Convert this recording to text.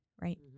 Right